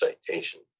citation